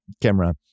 camera